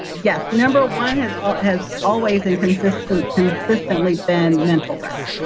yes. number one has um has always and consistently consistently been mental rest.